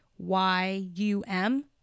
y-u-m